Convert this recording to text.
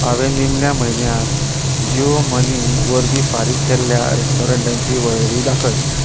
हांवें निमाण्या म्हयन्याक जियो मनी वरवीं फारीक केल्ल्या रेस्टोरंटांची वळेरी दाखय